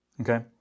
Okay